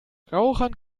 rauchern